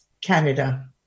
Canada